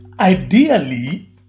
Ideally